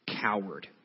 coward